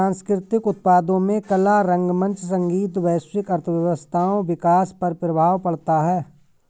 सांस्कृतिक उत्पादों में कला रंगमंच संगीत वैश्विक अर्थव्यवस्थाओं विकास पर प्रभाव पड़ता है